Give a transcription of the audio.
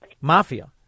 mafia